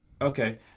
Okay